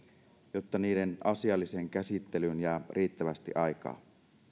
jotta niiden asialliseen käsittelyyn jää riittävästi aikaa